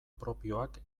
propioak